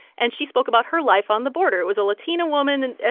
and she spoke about her life on the border. it was a latina woman and,